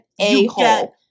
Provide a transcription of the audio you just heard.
a-hole